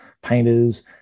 Painters